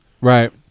Right